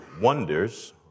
wonders